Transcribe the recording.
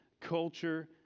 culture